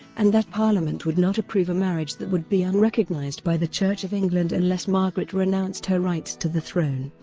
and that parliament would not approve a marriage that would be unrecognized unrecognized by the church of england unless margaret renounced her rights to the throne.